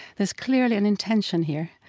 there's clearly an intention here.